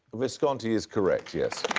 visconti is correct, yes.